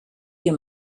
you